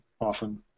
often